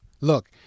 Look